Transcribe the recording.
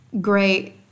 great